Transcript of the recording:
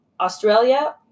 Australia